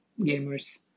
gamers